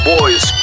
Boys